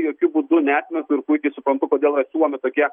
jokiu būdu neatmetu ir puikiai suprantu kodėl yra siūlomi tokie